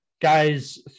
guys